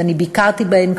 ואני ביקרתי בהן,